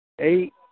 Eight